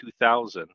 2000